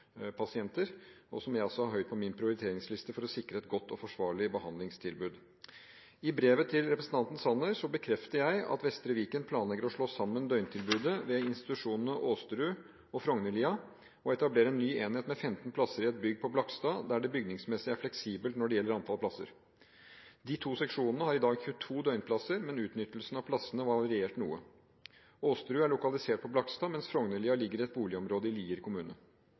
pasienter, som jeg også har høyt på min prioriteringsliste, for å sikre et godt og forsvarlig behandlingstilbud. I brevet til representanten Sanner bekrefter jeg at Vestre Viken planlegger å slå sammen døgntilbudet ved institusjonene Åsterud og Frognerlia, og etablere en ny enhet med 15 plasser i et bygg på Blakstad, der det bygningsmessig er fleksibelt når det gjelder antall plasser. De to seksjonene har i dag 22 døgnplasser, men utnyttelsen av plassene har variert noe. Åsterud er lokalisert på Blakstad, mens Frognerlia ligger i et boligområde i Lier kommune.